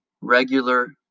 regular